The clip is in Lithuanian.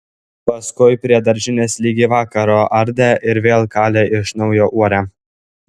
paskui prie daržinės ligi vakaro ardė ir vėl kalė iš naujo uorę